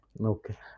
Okay